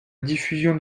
diffusion